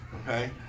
okay